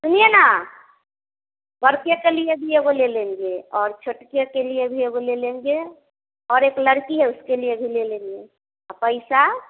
सुनिए न बड़के के लिए भी एगो ले लेंगे और छोटके के लिए भी एगो ले लेंगे और एक लड़की है उसके लिए भी ले लेंगे आ पैसा